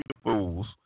fools